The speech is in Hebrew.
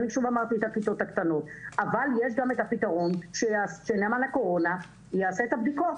אבל יש גם את הפתרון שנאמן הקורונה יעשה את הבדיקות.